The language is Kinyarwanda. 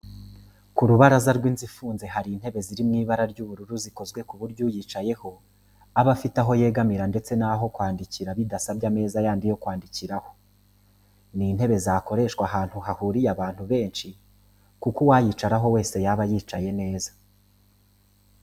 Ku rubaraza rw'inzu ifunze hari intebe ziri mu ibara ry'ubururu zikozwe ku buryo uyicayeho aba afite aho yegamira ndetse n'aho kwandikira bidasabye ameza yandi yo kwandikiraho. Ni intebe zakoreshwa ahantu hahuriye abantu benshi kuko uwayicaraho wese yaba yicaye neza